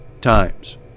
times